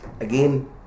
again